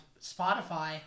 Spotify